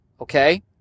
Okay